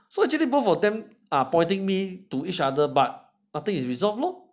so actually both of them are pointing me to each other but nothing is resolved lor